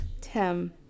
Tim